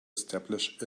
establish